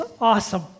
awesome